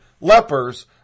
lepers